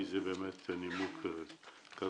כי זה באמת נימוק כבד.